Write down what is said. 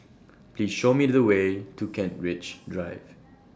Please Show Me The Way to Kent Ridge Drive